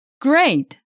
Great